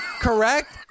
correct